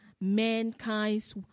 mankind's